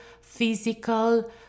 physical